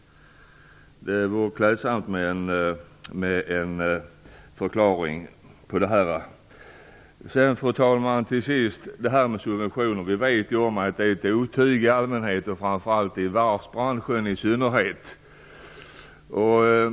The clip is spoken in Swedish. Det vore klädsamt med en förklaring. Vi vet alla om att subventioner är ett otyg i allmänhet och i varvsbranschen i synnerhet.